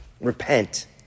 repent